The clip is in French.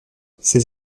ces